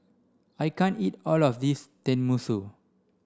I can't eat all of this Tenmusu